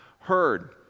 heard